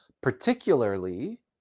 particularly